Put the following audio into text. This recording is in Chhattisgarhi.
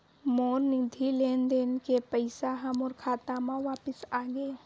मोर निधि लेन देन के पैसा हा मोर खाता मा वापिस आ गे